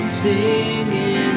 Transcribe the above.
singing